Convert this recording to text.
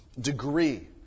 degree